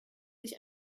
sich